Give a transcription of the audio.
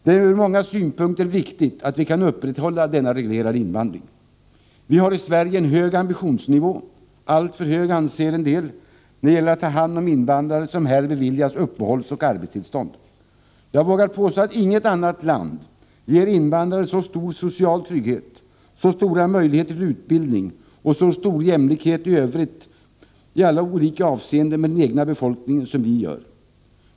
Det är ur många synpunkter viktigt att vi kan upprätthålla denna reglerade invandring. Vi har i Sverige en hög ambitionsnivå — alltför hög anser en del — när det gäller att ta hand om invandrare, som har beviljats uppehållsoch arbetstillstånd. Jag vågar påstå att inget annat land ger invandrare så stor social trygghet, så stora möjligheter till utbildning och så stor jämlikhet i olika avseenden med den egna befolkningen som vi gör.